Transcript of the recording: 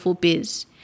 biz